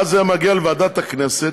ואז זה היה מגיע לוועדת הכנסת,